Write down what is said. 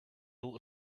built